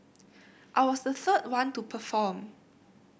I was the third one to perform